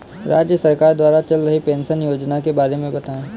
राज्य सरकार द्वारा चल रही पेंशन योजना के बारे में बताएँ?